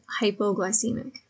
hypoglycemic